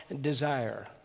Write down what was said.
desire